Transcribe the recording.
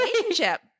relationship